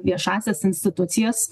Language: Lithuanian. viešąsias institucijas